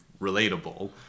relatable